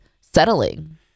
settling